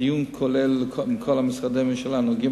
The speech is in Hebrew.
דיון כולל עם כל משרדי הממשלה הנוגעים